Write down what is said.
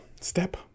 step